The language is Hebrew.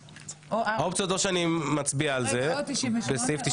או שאני מצביע על זה להפעיל את סעיף 98